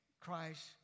Christ